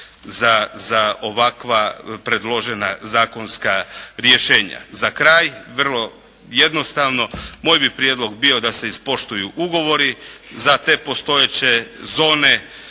za ovakva predložena zakonska rješenja. Za kraj, vrlo jednostavno, moj bi prijedlog bio da se ispoštuju ugovori za te postojeće zone,